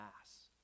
mass